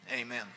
Amen